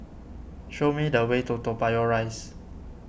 show me the way to Toa Payoh Rise